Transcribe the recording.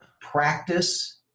practice